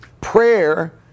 Prayer